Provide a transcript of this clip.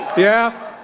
yeah,